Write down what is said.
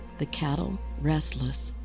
the cattle restless,